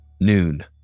Noon